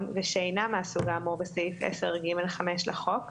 ושאינה מהסוג האמור בסעיף 10(ג)(5) לחוק,